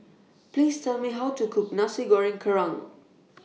Please Tell Me How to Cook Nasi Goreng Kerang